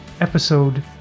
Episode